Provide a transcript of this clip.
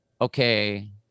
okay